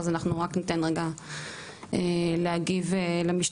אז אנחנו רק ניתן רגע להגיב למשטרה.